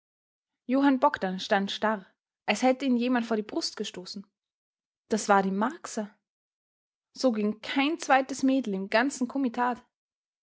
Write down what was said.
johann bogdn stand starr als hätte ihn jemand vor die brust gestoßen das war die marcsa so ging kein zweites mädel im ganzen komitat